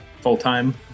full-time